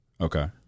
Okay